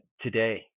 today